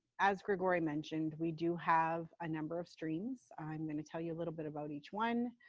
as grigori mentioned, we do have a number of streams, i'm going to tell you a little bit about each one.